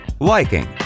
liking